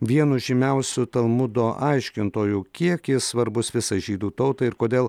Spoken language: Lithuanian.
vienu žymiausių talmudo aiškintojų kiek jis svarbus visai žydų tautai ir kodėl